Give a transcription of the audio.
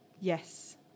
Yes